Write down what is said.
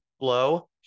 blow